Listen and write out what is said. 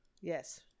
Yes